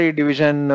division